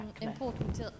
important